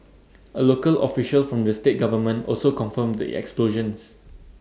A local official from the state government also confirmed the explosions